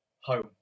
Home